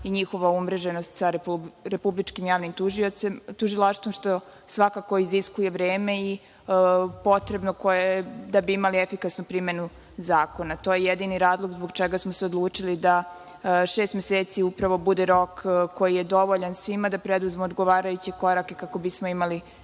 i njihova umreženost sa Republičkim javnim tužilaštvom, što svakako iziskuje vreme potrebno da bi imali efikasnu primenu zakona. To je jedini razlog zbog čega smo se odlučili da šest meseci upravo bude rok koji je dovoljan svima da preduzmu odgovarajuće korake kako bismo imali